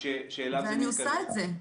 ואני עושה את זה.